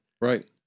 Right